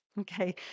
okay